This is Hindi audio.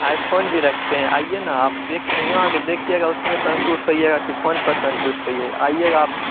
आईफोन भी रखते हैं आइए ना आप देखे ययाँ आ कर देखिएगा उसमें संतुष्ट होइएगा कि फोन पर संतुष्ट होइएगा आइए आप